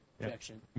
objection